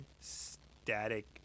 Static